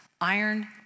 Iron